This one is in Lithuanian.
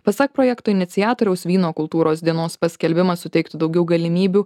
pasak projekto iniciatoriaus vyno kultūros dienos paskelbimas suteiktų daugiau galimybių